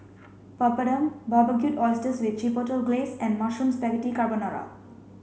Papadum Barbecued Oysters with Chipotle Glaze and Mushroom Spaghetti Carbonara